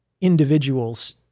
individuals